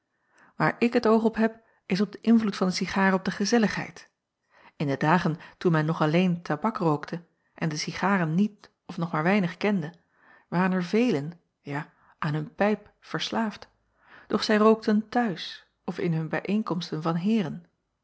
aar ik het oog op heb is op den invloed van den cigaar op de gezelligheid n de dagen toen men nog alleen tabak rookte en de cigaren niet of nog maar weinig kende waren er velen ja aan hun pijp verslaafd doch zij rookten t huis of in hun bijeenkomsten van eeren